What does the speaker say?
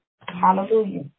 Hallelujah